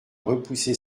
repoussé